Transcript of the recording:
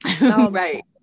Right